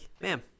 ma'am